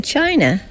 China